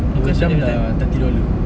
dua jam dah thirty dollar